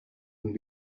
and